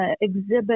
exhibit